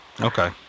Okay